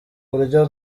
buryo